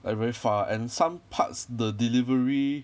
like very far and some parts the delivery